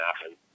happen